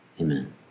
Amen